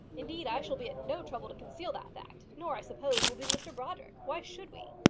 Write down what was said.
indeed, i shall be at no trouble to conceal that fact nor, i suppose, will be mr brodrick. why should we?